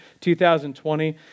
2020